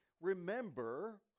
remember